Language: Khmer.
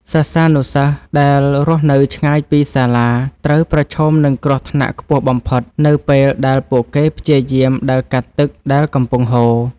សិស្សានុសិស្សដែលរស់នៅឆ្ងាយពីសាលា ត្រូវប្រឈមនឹងគ្រោះថ្នាក់ខ្ពស់បំផុត នៅពេលដែលពួកគេព្យាយាមដើរកាត់ទឹកដែលកំពុងហូរ។